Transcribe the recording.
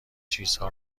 چیزها